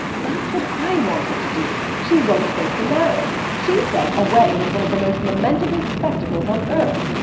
that's what i want her to do. she won't go to the marriage. she says a wedding is one of the most lamentable spectacles on earth.